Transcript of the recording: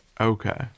okay